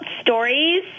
stories